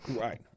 Right